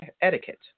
etiquette